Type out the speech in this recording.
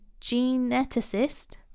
geneticist